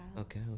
Okay